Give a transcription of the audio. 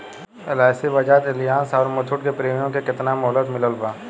LIC Bajaj Allianz आउर मुथूट के premium के केतना मुहलत मिलल बा?